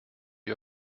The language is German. wie